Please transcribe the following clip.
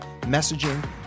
messaging